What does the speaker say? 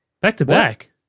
Back-to-back